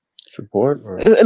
support